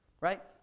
right